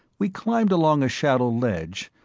we climbed along a shallow ledge,